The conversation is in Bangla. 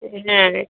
হ্যাঁ